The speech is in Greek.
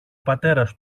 πατέρας